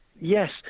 yes